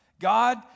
God